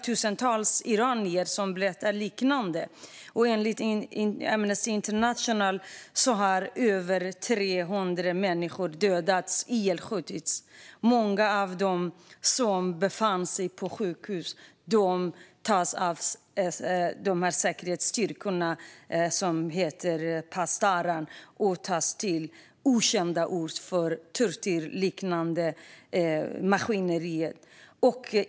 Tusentals iranier berättar om liknande händelser, och enligt Amnesty International har över 300 människor dödats och skjutits ihjäl. Många av dem som befinner sig på sjukhus tas av säkerhetsstyrkorna Pasdaran till okänd ort, där de utsätts för tortyrliknande metoder.